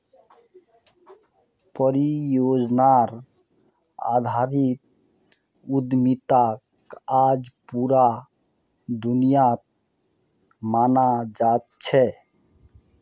परियोजनार आधारित उद्यमिताक आज पूरा दुनियात मानाल जा छेक